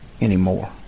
anymore